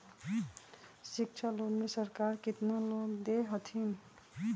शिक्षा लोन में सरकार केतना लोन दे हथिन?